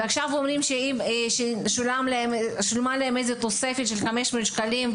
עכשיו אומרים ששולמה להם תוספת של 500 שקלים,